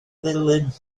ddulyn